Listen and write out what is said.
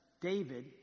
David